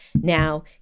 Now